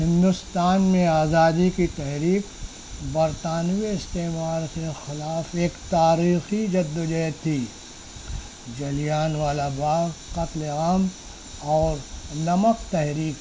ہندوستان میں آزادی کی تحریک برطانوی استعمال کے خلاف ایک تاریخی جد و جہد تھی جلیان والا باغ قتل عام اور نمک تحریک